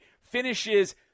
finishes